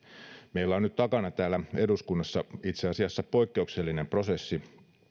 meillä on nyt takana täällä eduskunnassa itse asiassa poikkeuksellinen prosessi